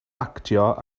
actio